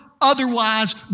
otherwise